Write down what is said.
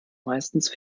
meistens